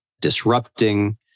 disrupting